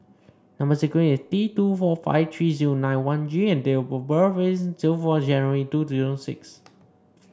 number sequence is T two four five three zero nine one G and date of birth is zero four January two zero six